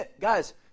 guys